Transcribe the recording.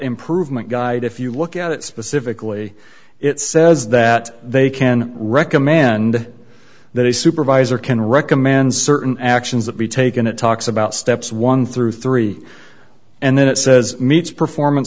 improvement guide if you look at it specifically it says that they can recommend that a supervisor can recommend certain actions that be taken it talks about steps one through three and then it says meets performance